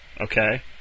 okay